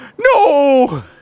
No